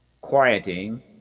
quieting